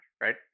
right